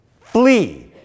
flee